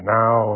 now